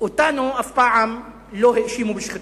אותנו אף פעם לא האשימו בשחיתות.